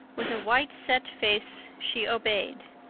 with a white, set face she obeyed.